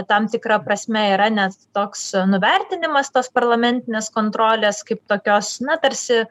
tam tikra prasme yra net toks nuvertinimas tos parlamentinės kontrolės kaip tokios na tarsi